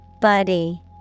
Buddy